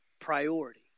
Priority